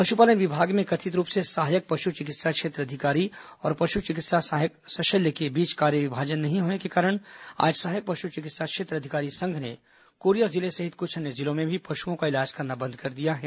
पशुपालन विभाग में कथित रूप से सहायक पशु चिकित्सा क्षेत्र अधिकारी और पशु चिकित्सा सहायक शल्यश के बीच कार्य विभाजन नहीं होने के कारण आज सहायक पशु चिकित्सा क्षेत्र अधिकारी संघ ने कोरिया जिले सहित कुछ अन्य जिलों में भी पशुओं का इलाज करना बंद कर दिया है